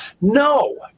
no